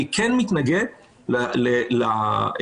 אני כן מתנגד ל --- אזרח.